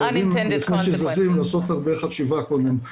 לפני שזזים לעשות הרבה חשיבה קודם.